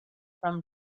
from